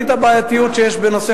אדוני היושב-ראש,